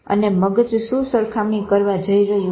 અને મગજ શું સરખામણી કરવા જઈ રહ્યું છે